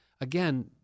again